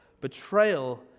betrayal